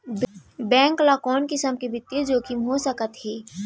Bank ल कोन किसम के बित्तीय जोखिम हो सकत हे?